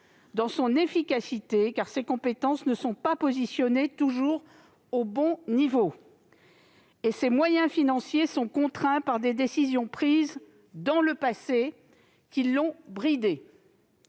dans son efficacité, car les compétences n'y sont pas toujours positionnées au bon niveau. Quant à ses moyens financiers, ils sont contraints par des décisions prises dans le passé, qui l'ont bridée.